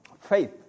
Faith